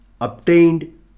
obtained